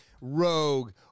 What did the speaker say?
Rogue